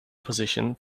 position